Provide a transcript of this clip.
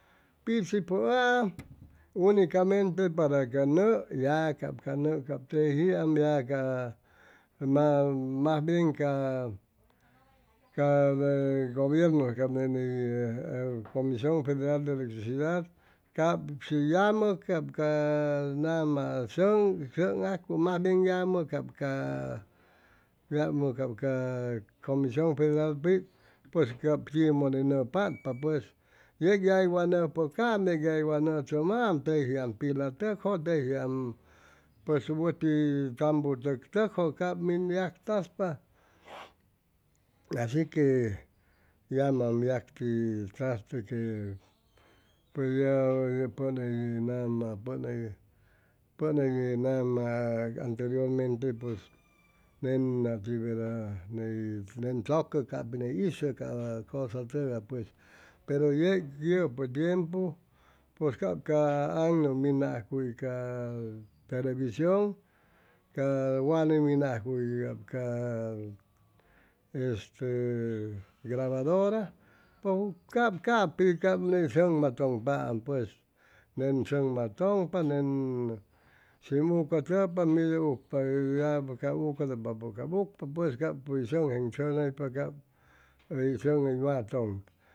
Pichipʉaam unicamente para ca nʉʉ ya cap ca nʉʉ cap tejiam ya cap mas bien ca ca gobiernu cap ne ni comision federal de electricidad cap shi yamʉ cap ca nama sʉŋ sʉŋ ajcuy cap ca yamʉ cap ca comision federal pues cap tiʉmodo hʉy nʉʉ patpa pues yeg yagui wa nʉʉ pʉcam pues yeg yagui wa nʉʉ chʉmam teji pila tʉkjʉ tejiam pues wʉti tambutʉk tʉkjʉ cam min yactaspa asi que yamam yacti traste que pues ya pʉn hʉy nama pʉn hʉy nama anteriormente pues nen nati verdad ney nen chʉcʉ cap ney hizʉ ca cosa tʉgay pues pero yeg yʉpʉ tiempu pues cap ca aŋnʉʉ minajcu ca television ca wane minajwʉ y a este grabadora pues cap pi cap ni sʉŋ matʉŋpaam pues nen sʉŋ matʉŋpa nen shim ucʉtʉpa mit ucpa ya cap ucʉnʉmpapʉ cap ucpa pues sʉŋ jeŋ chʉnaypa cap hʉy sʉn hʉy matʉŋpa